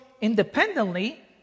independently